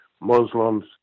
Muslims